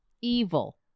Evil